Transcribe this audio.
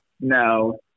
No